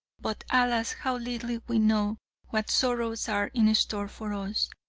but alas, how little we know what sorrows are in store for us!